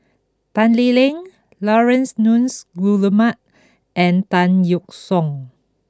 Tan Lee Leng Laurence Nunns Guillemard and Tan Yeok Seong